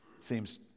Seems